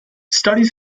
studies